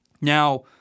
Now